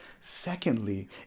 Secondly